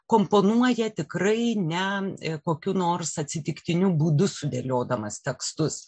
komponuoja tikrai ne kokiu nors atsitiktiniu būdu sudėliodamas tekstus